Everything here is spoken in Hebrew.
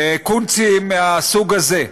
קונצים מהסוג הזה.